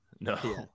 No